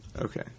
Okay